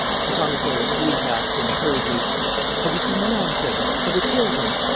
the commissary of police asked him, hurriedly have you seen the man-servant? have they killed him?